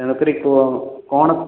ତେଣୁ କରି କୁହ କଣ